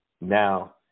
now